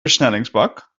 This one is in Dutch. versnellingsbak